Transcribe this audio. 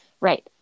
Right